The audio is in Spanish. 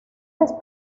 les